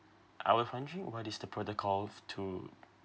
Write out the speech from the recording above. I was wondering what is the protocol to